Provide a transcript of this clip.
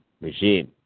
regime